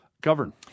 govern